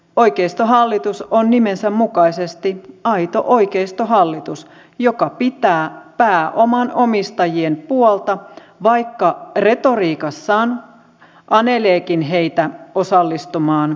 oikeistohallitus on nimensä mukaisesti aito oikeistohallitus joka pitää pääoman omistajien puolta vaikka retoriikassaan aneleekin heitä osallistumaan talkoisiin